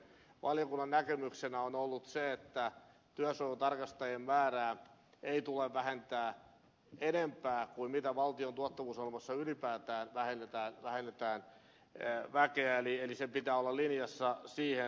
valiokunnan näkemyksenä on ollut se että työsuojelutarkastajien määrää ei tule vähentää enempää kuin valtion tuottavuusohjelmassa ylipäätään vähennetään väkeä eli sen pitää olla linjassa siihen